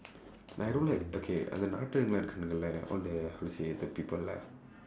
like I don't like okay அந்த நாட்டனுங்கள் எல்லா இருக்கானுங்களே:andtha naatdanungkal ellaa irukkaanungkalee all the how to say the people lah